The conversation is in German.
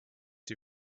die